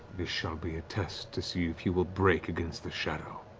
this shall be a test to see if you will break against the shadow.